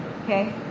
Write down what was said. Okay